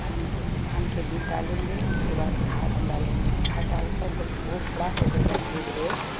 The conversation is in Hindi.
धान के धान के बीज डालेंगे उसके बाद खाद हम डालेंगे खाद डालकर जब वो बड़ा हो जाएगा धीरे धीरे